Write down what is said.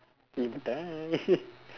you would die